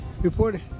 Reporting